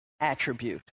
attribute